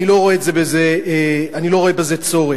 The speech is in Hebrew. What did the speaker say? אני לא רואה בזה צורך.